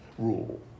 rule